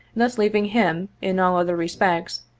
thus leaving him, in all other respects,